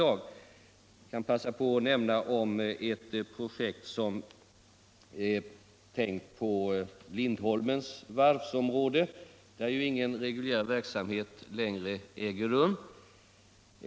Jag kan passa på att omnämna ett projekt som är tänkt att utföras på Lindholmens varvsområde, där ju ingen reguljär verksamhet längre LU äger rum.